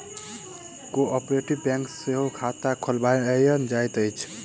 cooperative bank मे सेहो खाता खोलायल जाइत अछि